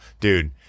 dude